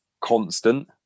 constant